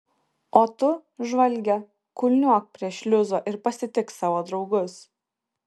o tu žvalge kulniuok prie šliuzo ir pasitik savo draugus